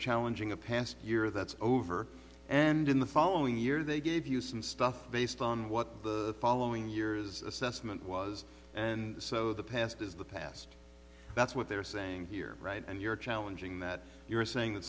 challenging a past year that's over and in the following year they gave you some stuff based on what the following years assessment was and so the past is the past that's what they're saying here right and you're challenging that you're